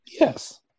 Yes